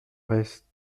reste